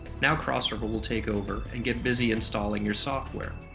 now crossover will take over and get busy installing your software.